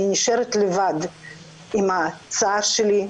אני נשארת לבד עם הצער שלי,